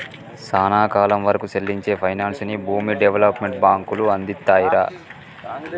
సానా కాలం వరకూ సెల్లించే పైనాన్సుని భూమి డెవలప్మెంట్ బాంకులు అందిత్తాయిరా